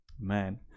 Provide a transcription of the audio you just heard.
Man